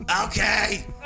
Okay